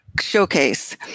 Showcase